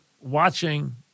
watching